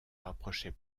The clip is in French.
rapprochait